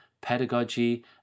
pedagogy